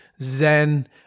zen